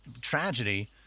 tragedy